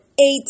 eight